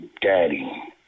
Daddy